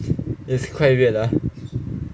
it's quite weird ah